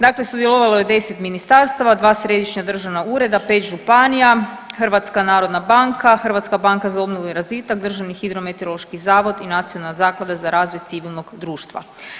Dakle, sudjelovalo je 10 ministarstava, 2 središnja državna ureda, 5 županija, HNB, Hrvatska banka za obnovu i razvitak, Državni hidrometeorološki zavod i Nacionalna zaklada za razvoj civilnog društva.